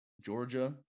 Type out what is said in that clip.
Georgia